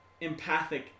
empathic